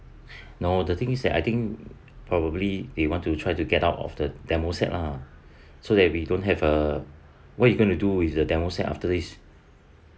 no the thing is that I think probably they want to try to get out of the demo set ah so that we don't have a what you going to do with the demo set after this